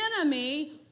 enemy